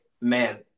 man